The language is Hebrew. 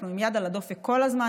אנחנו עם יד על הדופק כל הזמן,